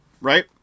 right